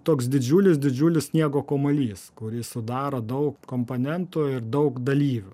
toks didžiulis didžiulis sniego kamuolys kurį sudaro daug komponentų ir daug dalyvių